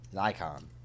icon